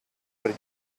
per